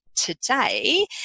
today